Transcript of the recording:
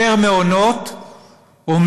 מכיוון שברור לכולם שיותר מעונות זה אומר